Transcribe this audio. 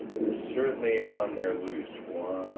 there's certainly on there loose one